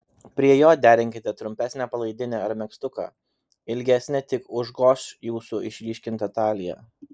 prie jo derinkite trumpesnę palaidinę ar megztuką ilgesni tik užgoš jūsų išryškintą taliją